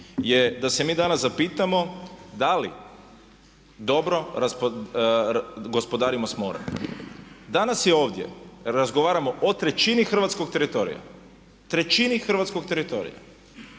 je da se mi danas zapitamo da li dobro gospodarimo s morem? Danas ovdje razgovaramo o trećini hrvatskog teritorija, trećini! Danas ovdje